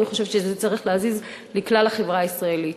ואני חושבת שזה צריך להזיז לכלל החברה הישראלית: